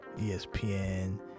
ESPN